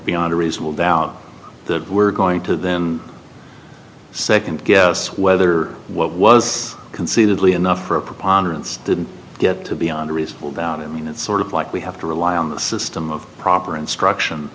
beyond a reasonable doubt that we're going to them second guess whether what was conceivably enough or a preponderance didn't get to beyond a reasonable doubt i mean it's sort of like we have to rely on the system of proper instruction